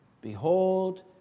Behold